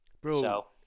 Bro